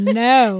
no